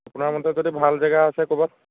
আপোনাৰ মতে যদি ভাল জেগা আছে ক'ৰবাত